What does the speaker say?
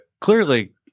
clearly